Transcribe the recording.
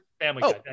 family